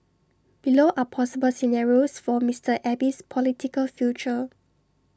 below are possible scenarios for Mister Abe's political future